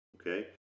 okay